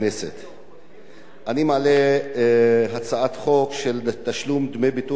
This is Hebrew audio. אני מעלה הצעת חוק לתשלום דמי ביטוח לאומי מופחתים